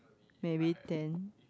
maybe ten